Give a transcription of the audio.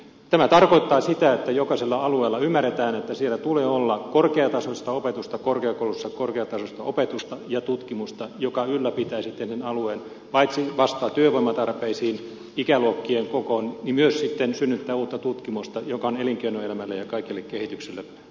tämä tarkoittaa sitä että jokaisella alueella ymmärretään että siellä tulee olla korkeatasoista opetusta korkeakoulussa korkeatasoista opetusta ja tutkimusta joka ylläpitää sitten sen alueen paitsi vastaa työvoimatarpeisiin ikäluokkien kokoon myös sitten synnyttää uutta tutkimusta joka on elinkeinoelämälle ja kaikelle kehitykselle olennaista sillä alueella